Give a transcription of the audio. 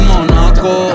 Monaco